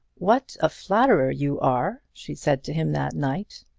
what a flatterer you are, she said to him that night.